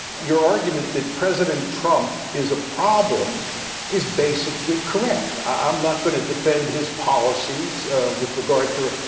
your argument that president trump is a problem is basically correct. i'm not going to defend his policies with regard to,